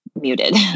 muted